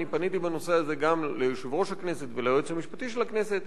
אני פניתי בנושא הזה גם ליושב-ראש הכנסת וליועץ המשפטי של הכנסת.